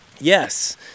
Yes